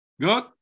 Good